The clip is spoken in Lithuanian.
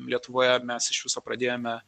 lietuvoje mes iš viso pradėjome